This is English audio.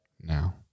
now